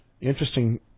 interesting